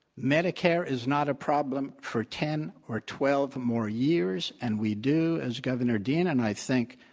medicare is not a problem for ten or twelve more years, and we do as governor dean and i think,